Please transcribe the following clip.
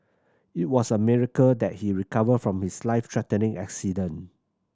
it was a miracle that he recovered from his life threatening accident